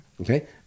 Okay